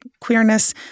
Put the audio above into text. queerness